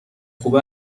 خوب